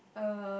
uh